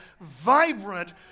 vibrant